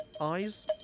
eyes